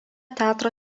teatro